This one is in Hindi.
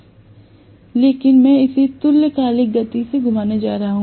लेकिन मैं इसे तुल्यकालिक गति से घुमाने जा रहा हूं